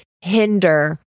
hinder